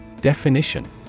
Definition